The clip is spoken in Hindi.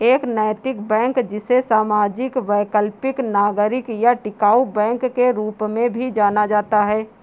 एक नैतिक बैंक जिसे सामाजिक वैकल्पिक नागरिक या टिकाऊ बैंक के रूप में भी जाना जाता है